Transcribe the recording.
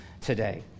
today